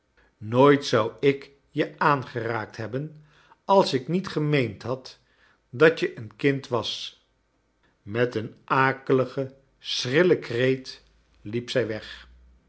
nooit zou ik je aangeraakt hebben als ik niet gemeend had dat je een kind was met een akeligen schrillen kreet liep zij weg